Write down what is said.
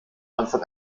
anfang